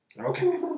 Okay